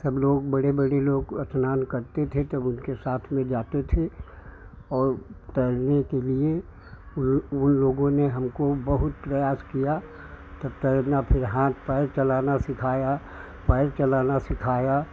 सब लोग बड़े बड़े लोग स्नान करते थे तब उनके साथ में जाते थे और तैरने के लिए यह उन लोगों ने हमको बहुत प्रयास किया तब तैरना फिर हाथ पैर चलाना सिखाया पैर चलाना सिखाया